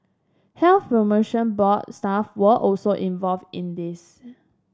Health Promotion Board staff are also involved in this